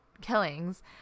killings